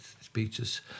speeches